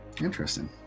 Interesting